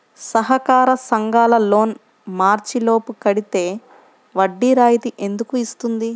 సహకార సంఘాల లోన్ మార్చి లోపు కట్టితే వడ్డీ రాయితీ ఎందుకు ఇస్తుంది?